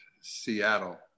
seattle